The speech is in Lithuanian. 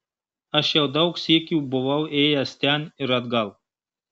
aš jau daug sykių buvau ėjęs ten ir atgal